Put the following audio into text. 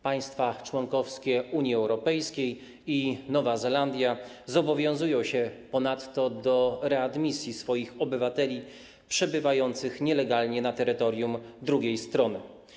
Państwa członkowskie Unii Europejskiej i Nowa Zelandia zobowiązują się ponadto do readmisji swoich obywateli przebywających nielegalnie na terytorium drugiej strony.